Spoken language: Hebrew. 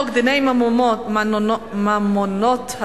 חברי חברי הכנסת: הצעת חוק דיני ממונות,